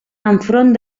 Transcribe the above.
enfront